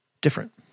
different